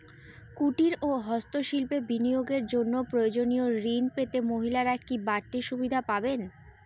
কুটীর ও হস্ত শিল্পে বিনিয়োগের জন্য প্রয়োজনীয় ঋণ পেতে মহিলারা কি বাড়তি সুবিধে পাবেন?